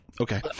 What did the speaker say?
Okay